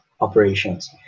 operations